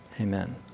amen